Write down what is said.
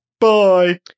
Bye